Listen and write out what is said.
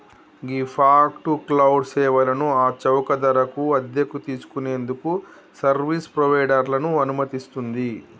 ghee fog to cloud సేవలను ఆ చౌక ధరకు అద్దెకు తీసుకు నేందుకు సర్వీస్ ప్రొవైడర్లను అనుమతిస్తుంది